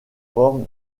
fort